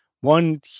One